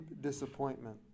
disappointment